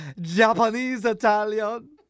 Japanese-Italian